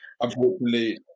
Unfortunately